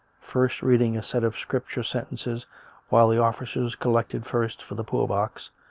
first reading a set of scripture sentences while the officers collected first for the poor-box,